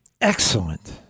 Excellent